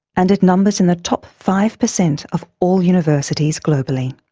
and it numbers in the top five percent of all universities globally.